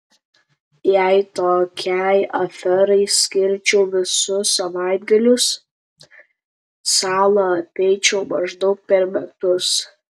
jei tokiai aferai skirčiau visus savaitgalius salą apeičiau maždaug per metus